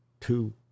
two